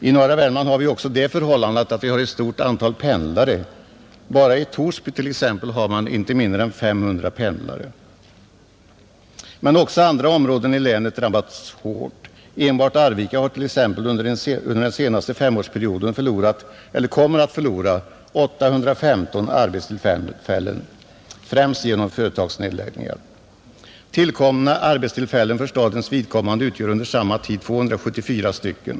I norra Värmland finns också ett stort antal pendlare. Bara i Torsby, t.ex., har man inte mindre än 500 pendlare. Men också andra områden i länet drabbas hårt. Enbart Arvika kommer vid utgången av den senaste femårsperioden att ha förlorat 815 arbetstillfällen, främst genom företagsnedläggningar. Tillkomna arbetstillfällen under samma tid är för Arvikas del 274 stycken.